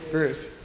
Bruce